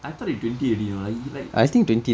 I thought he twenty already you know he like